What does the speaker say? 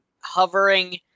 hovering